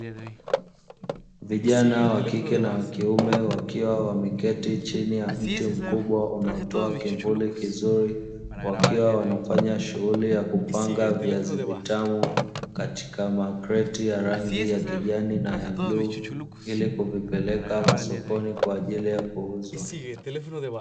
Vijana wa kike na wa kiume wakiwa wameketi chini ya mti mkubwa unaotoa kivuli kizuri, wakiwa wanafanya shughuli ya kupanga viazi vitamu katika makreti ya rangi ya kijani na ya bluu, ili kuvipeleka masokoni kwa ajili ya kuuzwa.